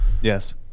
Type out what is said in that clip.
Yes